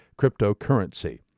cryptocurrency